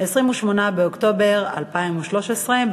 28 באוקטובר 2013,